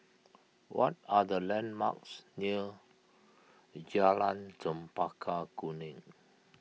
what are the landmarks near Jalan Chempaka Kuning